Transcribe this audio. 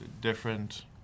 different